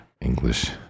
English